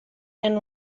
and